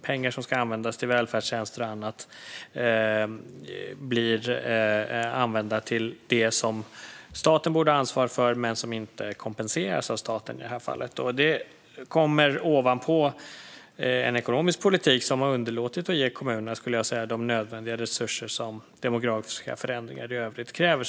Pengar som ska användas till välfärdstjänster och annat används till det som staten borde ha ansvar för, men de kompenseras inte av staten i det här fallet. Detta kommer ovanpå en ekonomisk politik som har underlåtit att ge kommunerna de nödvändiga resurser som demografiska förändringar i övrigt kräver.